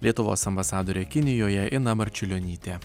lietuvos ambasadorė kinijoje ina marčiulionytė